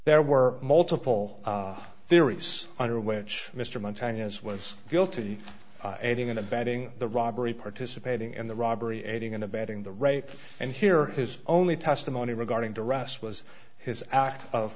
there were multiple theories under which mr montanans was guilty aiding and abetting the robbery participating in the robbery aiding and abetting the right and here his only testimony regarding the ross was his act of